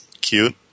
cute